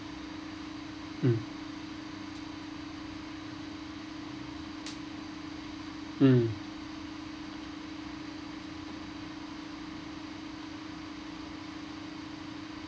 mm mm